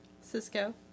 Cisco